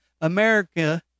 America